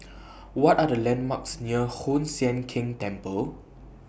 What Are The landmarks near Hoon Sian Keng Temple